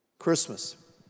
Christmas